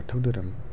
बाथौ दोहोरोम